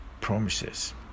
promises